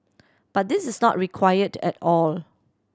but this is not required at all